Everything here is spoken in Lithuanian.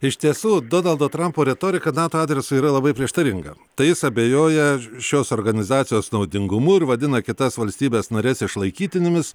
iš tiesų donaldo trampo retorika nato adresu yra labai prieštaringa tai jis abejoja šios organizacijos naudingumu ir vadina kitas valstybes nares išlaikytinėmis